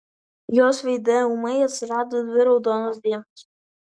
jos veide ūmai atsirado dvi raudonos dėmės